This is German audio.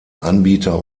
anbieter